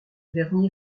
dernier